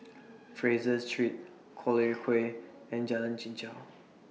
Fraser Street Collyer Quay and Jalan Chichau